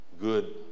good